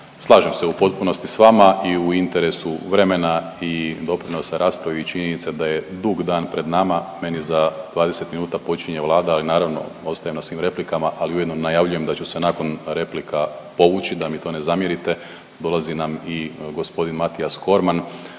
Slažem se u potpunosti s vama i u interesu vremena i doprinosa raspravi je činjenica da je dug dan pred nama. Meni za 20 minuta počinje Vlada, ali naravno ostajem na svim replikama, ali ujedno najavljujem da ću nakon replika povući da mi to ne zamjerite, dolazi nam i gospodin Matijas Korman